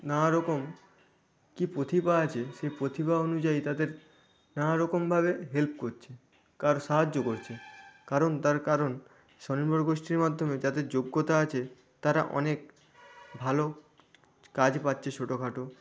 নানা রকম কী প্রতিভা আছে সে প্রতিভা অনুযায়ী তাদের নানা রকমভাবে হেল্প করছে কার সাহায্য করছে কারণ তার কারণ স্বনির্ভর গোষ্টীর মাধ্যমে যাদের যোগ্যতা আছে তারা অনেক ভালো কাজ পাচ্ছে ছোটো খাটো